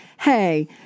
Hey